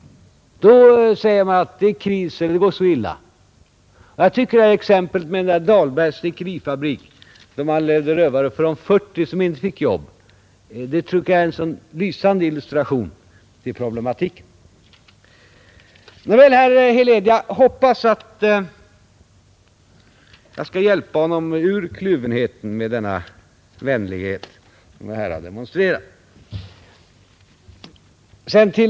Då säger man att det är kris eller att det går så illa. Exemplet med Dahlbergs snickerifabrik — där man levde rövare för de 40 som inte fick jobb — tycker jag är en lysande illustration till problematiken. Jag hoppas att jag skall hjälpa herr Helén ur kluvenheten med den vänlighet som jag här har demonstrerat.